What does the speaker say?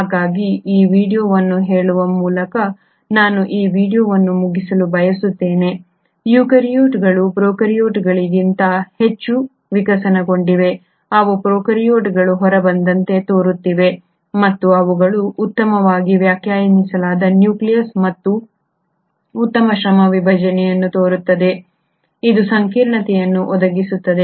ಹಾಗಾಗಿ ಈ ವೀಡಿಯೊವನ್ನು ಹೇಳುವ ಮೂಲಕ ನಾನು ಈ ವೀಡಿಯೊವನ್ನು ಮುಗಿಸಲು ಬಯಸುತ್ತೇನೆ ಯುಕ್ಯಾರಿಯೋಟ್ಗಳು ಪ್ರೊಕಾರ್ಯೋಟ್ಗಳಿಗಿಂತ ಹೆಚ್ಚು ವಿಕಸನಗೊಂಡಿವೆ ಅವು ಪ್ರೊಕಾರ್ಯೋಟ್ಗಳಿಂದ ಹೊರಬಂದಂತೆ ತೋರುತ್ತಿವೆ ಮತ್ತು ಅವುಗಳು ಉತ್ತಮವಾಗಿ ವ್ಯಾಖ್ಯಾನಿಸಲಾದ ನ್ಯೂಕ್ಲಿಯಸ್ ಮತ್ತು ಉತ್ತಮ ಶ್ರಮ ವಿಭಜನೆಯನ್ನು ತೋರುತ್ತವೆ ಇದು ಸಂಕೀರ್ಣತೆಯನ್ನು ಒದಗಿಸುತ್ತದೆ